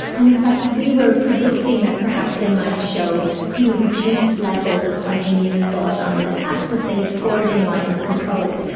and in fact we were predicting that perhaps they might show you know reduced levels of spontaneous thought on this task but they scored in line with controls,